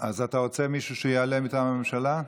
אתה רוצה שמישהו יעלה מטעם הממשלה?